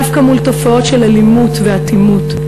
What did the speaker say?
דווקא מול תופעות של אלימות ואטימות,